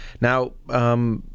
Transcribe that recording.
now